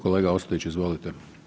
Kolega Ostojić izvolite.